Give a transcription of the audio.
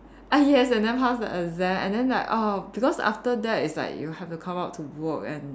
ah yes and then pass the exam and then like ah because after that it's like you have to come out to work and